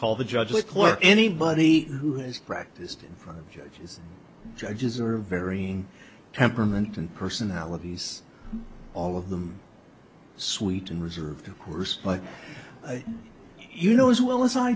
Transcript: call the judge like or anybody who has practiced in front of judges judges are varying temperament and personalities all of them sweet and reserved of course but you know as well as i